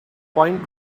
point